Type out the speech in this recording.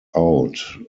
out